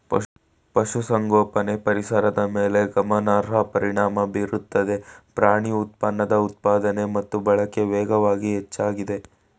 ಪಶುಸಂಗೋಪನೆ ಪರಿಸರದ ಮೇಲೆ ಗಮನಾರ್ಹ ಪರಿಣಾಮ ಬೀರುತ್ತದೆ ಪ್ರಾಣಿ ಉತ್ಪನ್ನದ ಉತ್ಪಾದನೆ ಮತ್ತು ಬಳಕೆ ವೇಗವಾಗಿ ಹೆಚ್ಚಾಗಿದೆ